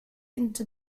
into